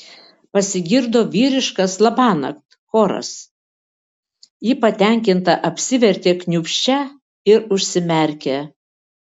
pasigirdo vyriškas labanakt choras ji patenkinta apsivertė kniūbsčia ir užsimerkė